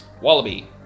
Wallaby